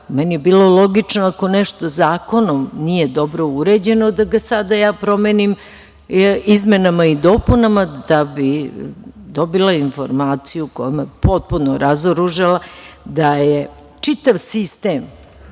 je bilo logično ako nešto zakonom nije dobro uređeno da ga sada ja promenim izmenama i dopunama da bi dobila informaciju koja me je potpuno razoružala, da je čitav sistem